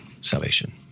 salvation